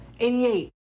88